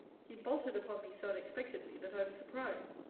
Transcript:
he bolted upon me so unexpectedly, that i was surprised.